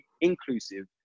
inclusive